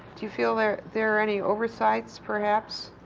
do you feel there there are any oversights, perhaps?